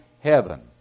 heaven